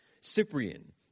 Cyprian